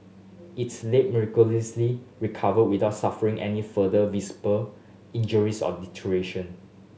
its late miraculously recovered without suffering any further visible injuries or deterioration